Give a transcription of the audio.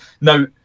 Now